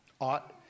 Ought